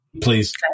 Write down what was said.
Please